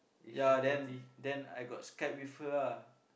ya then then I got Skype with her ah